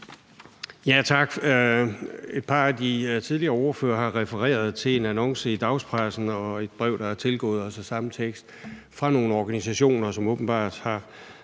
(V): Tak. Et par af de tidligere ordførere har refereret til en annonce i dagspressen og til et brev, der er tilgået os, med samme tekst, som kommer fra nogle organisationer, som åbenbart har